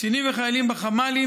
קצינים וחיילים בחמ"לים,